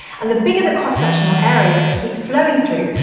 and the bigger the cross-sectional area that the heat's flowing through,